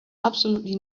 absolutely